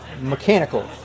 mechanical